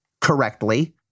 correctly